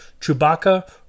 Chewbacca